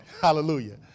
Hallelujah